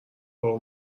بابا